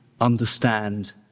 understand